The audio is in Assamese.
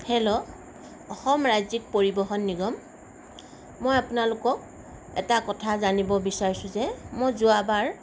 হেল্ল' অসম ৰাজ্যিক পৰিবহণ নিগম মই আপোনালোকক এটা কথা জানিব বিচাৰিছোঁ যে মই যোৱাবাৰ